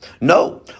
No